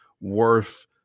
worth –